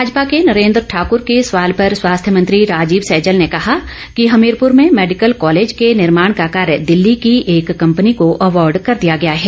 भाजपा के नरेंद्र ठाकूर के सवाल पर स्वास्थ्य मंत्री राजीव सैजल ने कहा कि हमीरपूर में मेडिकल कालेज को निर्माण का कार्य दिल्ली की एक कंपनी को अवार्ड कर दिया गया है